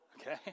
okay